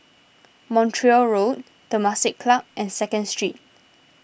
Montreal Road Temasek Club and Second Street